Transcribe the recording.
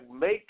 make